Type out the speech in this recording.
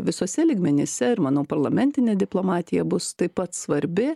visuose lygmenyse ir manau parlamentinė diplomatija bus taip pat svarbi